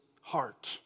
heart